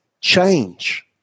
change